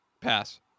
Pass